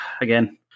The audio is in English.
again